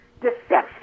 deception